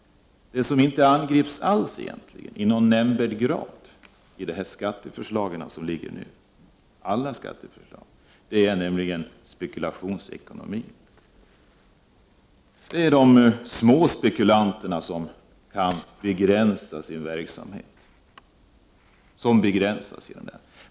Det som egentligen inte alls angrips i någon nämnvärd grad i alla de skatteförslag som nu föreligger är spekulationsekonomin. Det är de små spekulanternas verksamhet som begränsas.